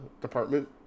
department